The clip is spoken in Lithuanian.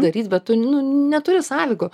daryt bet tu nu neturi sąlygų